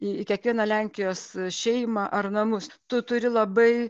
į kiekvieną lenkijos šeimą ar namus tu turi labai